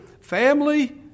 family